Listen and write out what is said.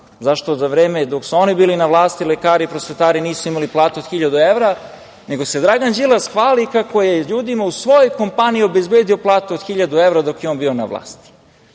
zašto za vreme dok su oni bili na vlasti, lekari i prosvetari nisu imali platu od hiljadu evra, nego se Dragan Đilas hvali, kako je ljudima u svojoj kompaniji obezbedio platu od hiljadu evra dok je on bio na vlasti. Onda,